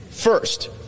First